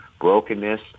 brokenness